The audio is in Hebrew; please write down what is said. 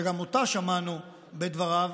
שגם אותה שמענו בדבריו